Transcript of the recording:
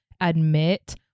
admit